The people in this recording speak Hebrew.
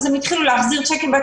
אז הם התחילו להחזיר צ'קים,